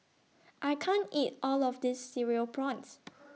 I can't eat All of This Cereal Prawns